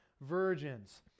virgins